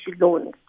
loans